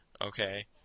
Okay